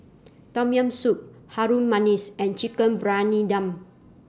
Tom Yam Soup Harum Manis and Chicken Briyani Dum